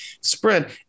spread